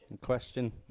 Question